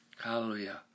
Hallelujah